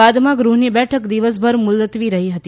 બાદમાં ગૃહની બેઠક દિવસભર મુલતવી રહી હતી